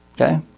Okay